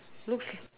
looks